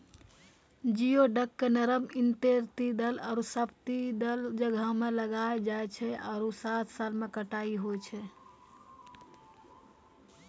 geoduck के नरम intertidal आरो सब्तिदल जग्हो में लगैलो जाय छै आरो सात साल में कटाई होय छै